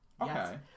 Okay